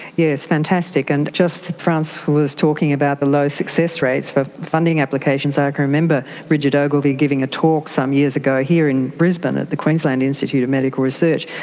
yes, fantastic. and france was talking about the low success rates for funding applications, i can remember bridget ogilvie giving a talk some years ago here in brisbane at the queensland institute of medical research,